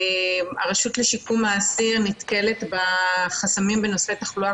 הרשות לשיקום האסיר נתקלת בחסמים בנושא תחלואה